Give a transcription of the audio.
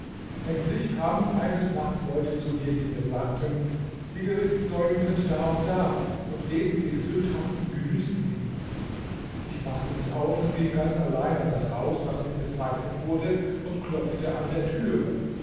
endlich kamen eines nachts leute zu mir die mir sagten die gerichtszeugen sind da und da und geben sich sündhaften genüssen hin ich machte mich auf und ging ganz allein an das haus das mir bezeichnet wurde und klopfte an der türe